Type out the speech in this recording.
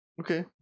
Okay